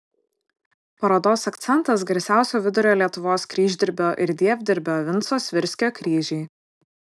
parodos akcentas garsiausio vidurio lietuvos kryždirbio ir dievdirbio vinco svirskio kryžiai